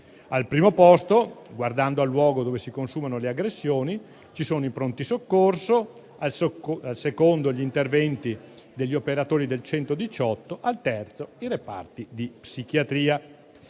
Al primo posto - guardando al luogo dove si consumano le aggressioni - ci sono i pronti soccorso, al secondo gli interventi degli operatori del 118, al terzo i reparti di psichiatria.